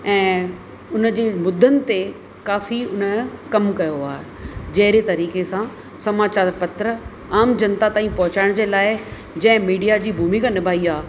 ऐ उन जे मुदनि ते काफ़ी उन कमु कयो आहे जहिड़े तरीक़े सां समाचार पत्र आम जनता ताईं पहुचाइण जे लाइ जंहिं मीडिया जी भुमिका निभाई आहे